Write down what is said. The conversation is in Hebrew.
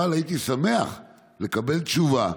אבל הייתי שמח לקבל תשובה.